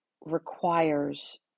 requires